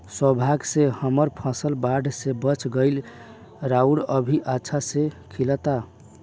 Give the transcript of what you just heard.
सौभाग्य से हमर फसल बाढ़ में बच गइल आउर अभी अच्छा से खिलता